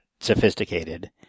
sophisticated